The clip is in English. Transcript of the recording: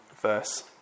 verse